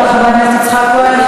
תודה רבה לחבר הכנסת יצחק כהן.